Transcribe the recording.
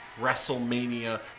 WrestleMania